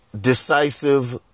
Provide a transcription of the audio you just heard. decisive